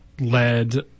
led